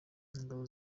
ingabo